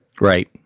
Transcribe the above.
Right